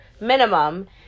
minimum